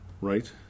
Right